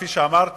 כפי שאמרתי,